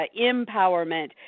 empowerment